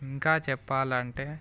ఇంకా చెప్పాలంటే